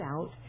out